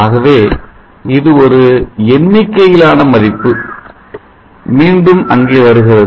ஆகவே இது ஒரு எண்ணிக்கையிலான மதிப்பு மீண்டும் அங்கே வருகிறது